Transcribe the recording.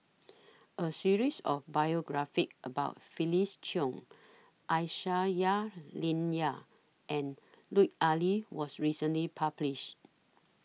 A series of biographies about Felix Cheong Aisyah Lyana and Lut Ali was recently published